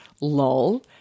Lol